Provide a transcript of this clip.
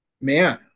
man